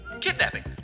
Kidnapping